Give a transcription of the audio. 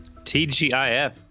TGIF